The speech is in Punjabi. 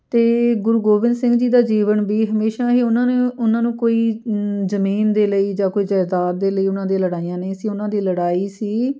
ਅਤੇ ਗੁਰੂ ਗੋਬਿੰਦ ਸਿੰਘ ਜੀ ਦਾ ਜੀਵਨ ਵੀ ਹਮੇਸ਼ਾ ਹੀ ਉਹਨਾਂ ਨੇ ਉਹਨਾਂ ਨੂੰ ਕੋਈ ਜਮੀਨ ਦੇ ਲਈ ਜਾਂ ਕੋਈ ਜਾਇਦਾਦ ਦੇ ਲਈ ਉਹਨਾਂ ਦੇ ਲੜਾਈਆਂ ਨਹੀਂ ਸੀ ਉਹਨਾਂ ਦੀ ਲੜਾਈ ਸੀ